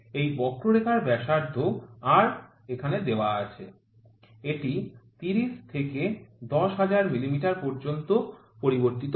এই বক্ররেখার ব্যাসার্ধ R এখানে দেওয়া আছে এটি ৩০ থেকে ১০০০০ মিমি পর্যন্ত পরিবর্তিত হয়